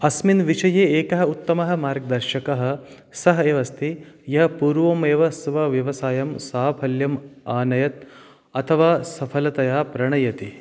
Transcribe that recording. अस्मिन् विषये एकः उत्तमः मार्गदर्शकः सः एव अस्ति यः पूर्वमेव स्वव्यवसायं साफल्यम् आनयत् अथवा सफलतया प्रणयति